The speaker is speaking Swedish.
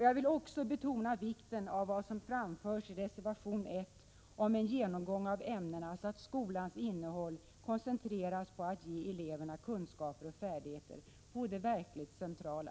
Jag vill också betona vikten av vad som anförs i reservation 1 om en genomgång av ämnena, så att skolans innehåll koncentreras på att ge eleverna kunskaper och färdighet, på det verkligt centrala.